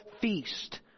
feast